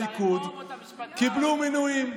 את הרפורמות המשפטיות בליכוד קיבלו מינויים.